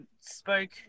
spoke